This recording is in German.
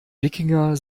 wikinger